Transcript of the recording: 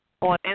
on